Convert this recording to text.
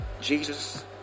Jesus